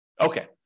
Okay